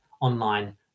online